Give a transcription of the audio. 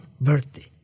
birthday